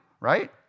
right